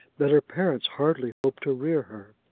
that her parents hardly hoped to rear her.